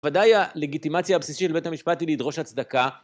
ודאי הלגיטימציה הבסיסית של בית המשפט היא לדרוש הצדקה.